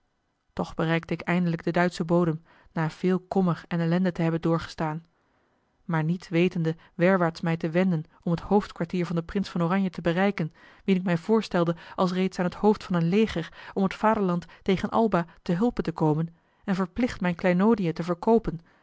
toch bereikte ik eindelijk den duitschen bodem na veel kommer en ellende te hebben doorgestaan maar niet wetende werwaarts mij te wenden om het hoofdkwartier van den prins van oranje te bereiken wien ik mij voorstelde als reeds aan het hoofd van een leger om het vaderland tegen alba te hulpe te komen en verplicht mijne kleinoodiën te verkoopen